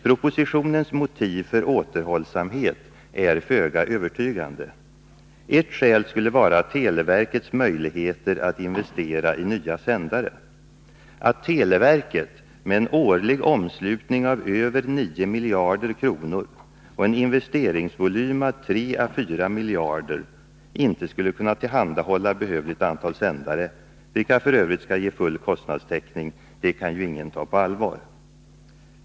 Propositionens motiv för återhållsamhet är föga övertygande. Ett skäl skulle vara televerkets möjligheter att investera i nya sändare. Att televerket med en årlig omslutning av över 9 miljarder kronor och en investeringsvolym på 3 å 4 miljarder inte skulle kunna tillhandahålla behövligt antal sändare, vilka f.ö. skall ge full kostnadstäckning, det kan ju ingen ta på allvar.